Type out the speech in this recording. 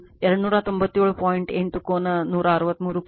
36o milliampere ಆಗಲಿದೆ